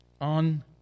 on